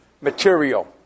material